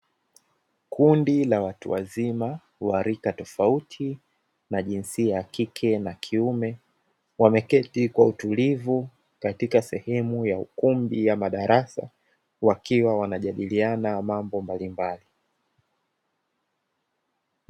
Kundi la watu wazima wa rika tofauti na jinsia ya kike na kiume, wameketi kwa utulivu katika sehemu ya ukumbi ama darasa, wakiwa wanajadiliana mambo mbalimbali.